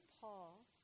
Paul